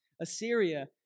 Assyria